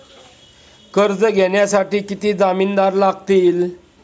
कर्ज घेण्यासाठी किती जामिनदार लागतील?